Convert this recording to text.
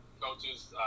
Coaches